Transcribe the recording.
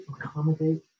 accommodate